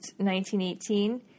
1918